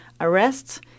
arrests